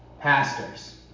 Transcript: pastors